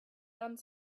done